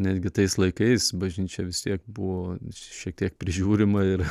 netgi tais laikais bažnyčia vis tiek buvo šiek tiek prižiūrima ir